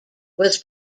was